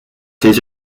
ses